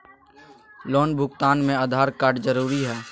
Loan भुगतान में Aadhaar card जरूरी है?